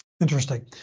Interesting